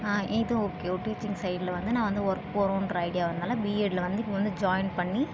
இது ஓகே ஒரு டீச்சிங் சைடில் வந்து நான் வந்து ஒர்க் போறோன்ற ஐடியாவினால பிஎட்ல வந்து இப்போ வந்து ஜாயின் பண்ணி